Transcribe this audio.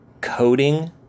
coding